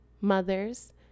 mothers